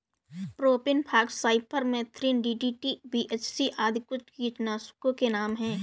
propane fox, cypermethrin, DDT, BHC आदि कुछ कीटनाशकों के नाम हैं